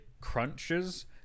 crunches